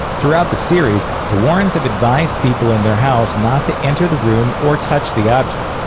throughout the series, the warrens have advised people in their house not to enter the room or touch the objects,